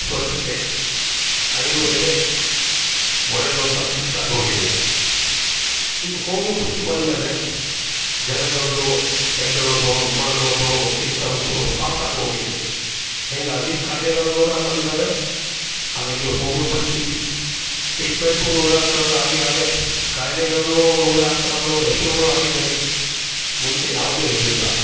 ಸ್ವಚ್ಛತೆ ಆಯುರ್ವೇದ ಒಳ್ಳೆಯದು ಅಂಥ ಸಿದ್ಧಾಗಿ ಹೋಗಿದೆ ಈಗ ಹೋಮಿಯೋಪತಿ ಬಂದ ಮೇಲೆ ಜನಗಳದ್ದು ಎದ್ದೇಳೋದು ಮಲಗೋದು ಸಿಸ್ಟಮ್ಸು ಫಾಸ್ಟಾಗೋಗಿದೆ ಹಿಂಗಾಗಿ ಖಾಯಿಲೆಗಳು ನೂರಾರು ಬಂದಿದಾವೆ ಅದಕ್ಕೆ ಹೋಮಿಯೋಪತಿ ಟ್ರೀಟ್ಮೆಂಟು ನೂರಾರು ಥರದ್ದು ಆಗಿದಾವೆ ಖಾಯ್ಲೆಗಳಲ್ಲೂ ನೂರಾರು ಥರದ ಹೆಸ್ರುಗಳೂ ಆಗಿದೆ ಮುಂಚೆ ಯಾವುದೂ ಇರಲಿಲ್ಲ